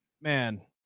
man